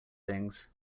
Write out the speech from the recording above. things